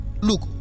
Look